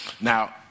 now